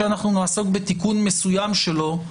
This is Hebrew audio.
שאנו עוסקים בתיקון מסוים שלו,